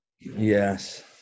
Yes